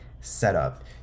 setup